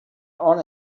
own